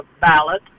ballot